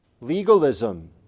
legalism